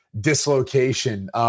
dislocation –